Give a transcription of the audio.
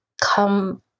come